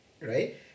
right